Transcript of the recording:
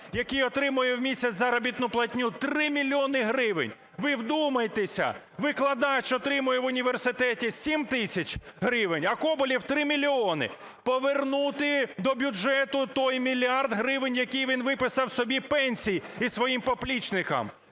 який отримує в місяць заробітну платню 3 мільйони гривень. Ви вдумайтесь, викладач отримує в університеті 7 тисяч гривень, а Коболєв - 3 мільйони. Повернути до бюджету той мільярд гривень, який він виписав собі пенсій і своїм поплічникам.